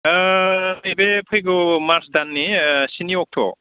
नैबे फैगौ मार्च दाननि स्नि अक्ट'आव